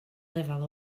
lefel